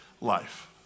life